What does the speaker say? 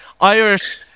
Irish